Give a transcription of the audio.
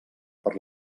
per